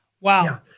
Wow